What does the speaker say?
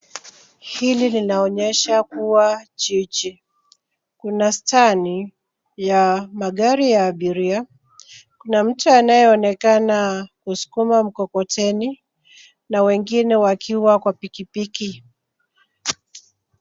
Hili linaonyesha kuwa jiji. Kuna stani ya magari ya abiria. Kuna mtu anayeonekana kusukuma mkokoteni na wengine wakiwa kwa pikipiki.